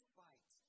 fight